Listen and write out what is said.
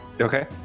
Okay